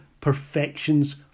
perfections